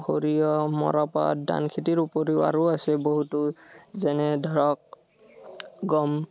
সৰিয়হ মৰাপাট ধান খেতিৰ উপৰিও আৰু আছে বহুতো যেনে ধৰক গম